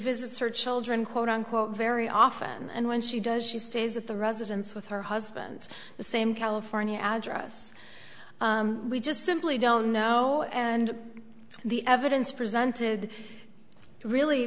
visits her children quote unquote very often and when she does she stays at the residence with her husband the same california address we just simply don't know and the evidence presented really